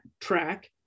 track